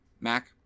Mac